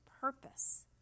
purpose